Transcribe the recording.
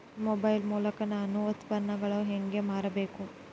Mobile ಮೂಲಕ ನಾನು ಉತ್ಪನ್ನಗಳನ್ನು ಹೇಗೆ ಮಾರಬೇಕು?